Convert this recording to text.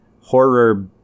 horror